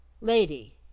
Lady